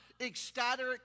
ecstatic